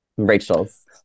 Rachel's